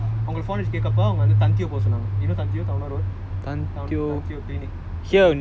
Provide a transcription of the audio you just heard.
so அப்படி சொல்லி:appadi solli tan teo போக சொன்னாங்கே:poga sonnangae you know tan teo towner road